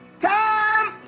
Time